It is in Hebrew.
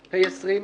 (תיקון,